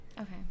Okay